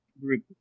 group